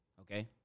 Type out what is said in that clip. okay